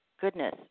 goodness